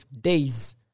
days